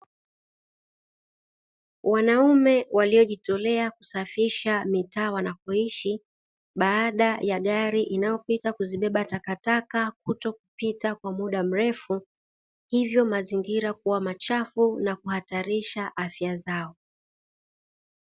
Wanaume waliojitolea kusafisha mitaa wanapoishi baada ya gari inayopita kubeba takataka kutokupita kwa muda mrefu, hivyo mazingira kuwa machafu na kuhatarisha afya zao.